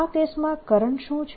આ કેસમાં કરંટ શું છે